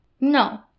No